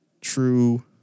True